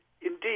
Indeed